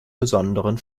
besonderen